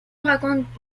raconte